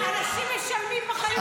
אנשים משלמים בחיים שלהם.